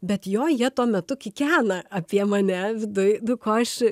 bet joje tuo metu kikena apie mane viduj nu ko aš